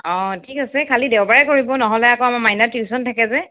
অঁ ঠিক আছে খালী দেওবাৰে কৰিব নহ'লে আকৌ আমাৰ মাইনাৰ টিউচন থাকে যে